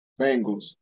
Bengals